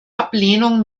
ablehnung